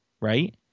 Right